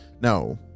no